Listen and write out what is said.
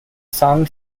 song